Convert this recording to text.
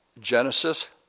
Genesis